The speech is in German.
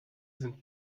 sind